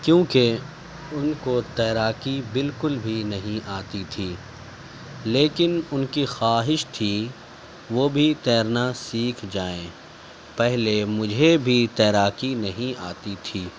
کیونکہ ان کو تیراکی بالکل بھی نہیں آتی تھی لیکن ان کی خواہش تھی وہ بھی تیرنا سیکھ جائیں پہلے مجھے بھی تیراکی نہیں آتی تھی